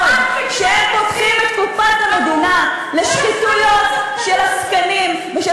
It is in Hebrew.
שהם פותחים את קופת המדינה לשחיתויות של עסקנים ושל